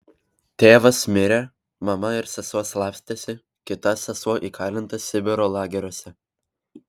tėvas mirė mama ir sesuo slapstėsi kita sesuo įkalinta sibiro lageriuose